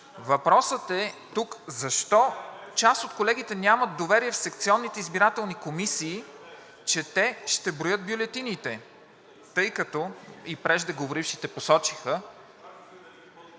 Въпросът тук е защо част от колегите нямат доверие в секционните избирателни комисии, че те ще броят бюлетините, тъй като и преждеговорившите посочиха,